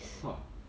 !wah!